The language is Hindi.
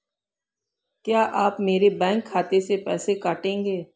क्या आप मेरे बैंक खाते से पैसे काटेंगे?